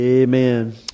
Amen